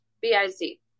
B-I-Z